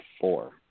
four